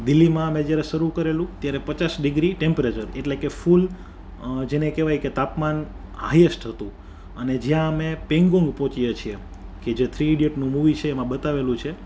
દિલ્લીમાં અમે જ્યારે શરૂ કરેલું ત્યારે પચાસ ડિગ્રી ટેમ્પરેચર એટલે કે ફૂલ જેને કેવાય કે તાપમાન હાઈએસ્ટ હતું અને જ્યાં અમે પેનગોમ પોચીએ છીએ કે જે થ્રી ઈડિયટનું મુવી છે એમાં બતાવેલું છે